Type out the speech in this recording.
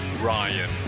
Ryan